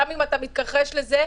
גם אם אתה מתכחש לזה,